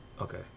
Okay